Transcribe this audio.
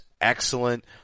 excellent